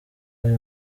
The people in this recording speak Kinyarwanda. ayo